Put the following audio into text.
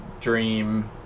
dream